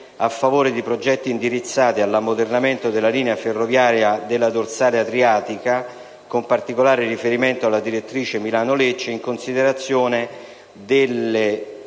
in favore di progetti indirizzati all'ammodernamento della linea ferroviaria della dorsale adriatica, con particolare riferimento alla direttrice Milano-Lecce, in considerazione della